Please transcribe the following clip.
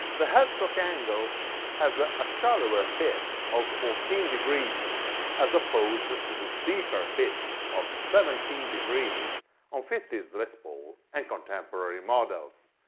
the headstock angle has a a shallower pitch of fourteen degrees as opposed to the steeper pitch of seventeen degrees on fifty s les pauls and contemporary models.